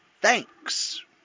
Thanks